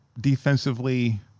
defensively